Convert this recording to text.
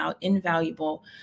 invaluable